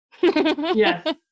Yes